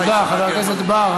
תודה, חבר הכנסת בר.